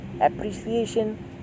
Appreciation